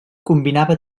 combinava